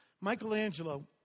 Michelangelo